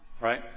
Right